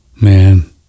man